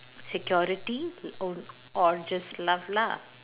security o~ or just love lah